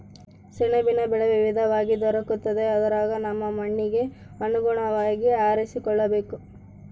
ಸೆಣಬಿನ ಬೆಳೆ ವಿವಿಧವಾಗಿ ದೊರಕುತ್ತವೆ ಅದರಗ ನಮ್ಮ ಮಣ್ಣಿಗೆ ಅನುಗುಣವಾಗಿ ಆರಿಸಿಕೊಳ್ಳಬೇಕು